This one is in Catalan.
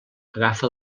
agafa